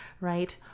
right